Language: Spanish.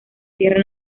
tierra